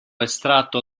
estratto